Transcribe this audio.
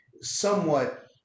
somewhat